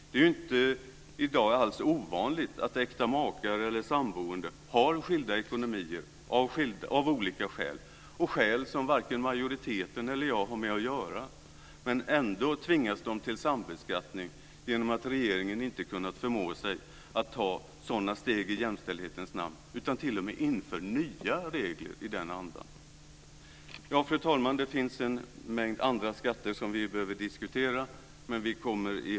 I dag är det ju alls inte ovanligt att äkta makar eller samboende har skild ekonomi, av olika skäl - skäl som varken majoriteten eller jag har med att göra. Ändå tvingas man till sambeskattning just genom att regeringen inte kunnat förmå sig att ta sådana steg i jämställdhetens namn, utan man inför t.o.m. nya regler i den andan. Fru talman! Det finns en mängd andra skatter som vi behöver diskutera.